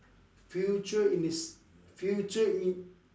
future in is future in